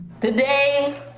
Today